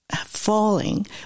falling